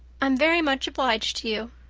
i'm very much obliged to you,